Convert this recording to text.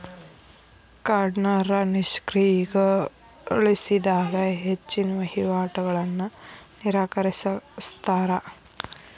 ಕಾರ್ಡ್ನ ನಿಷ್ಕ್ರಿಯಗೊಳಿಸಿದಾಗ ಹೆಚ್ಚಿನ್ ವಹಿವಾಟುಗಳನ್ನ ನಿರಾಕರಿಸ್ತಾರಾ